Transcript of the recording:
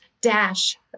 dash